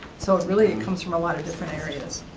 so, really, it comes from a lot of different areas.